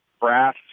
brass